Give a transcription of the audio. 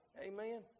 amen